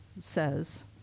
says